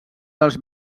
dels